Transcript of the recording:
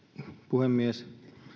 puhemies